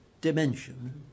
dimension